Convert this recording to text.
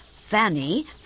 Fanny